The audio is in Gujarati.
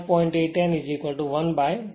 8 n 1 by 0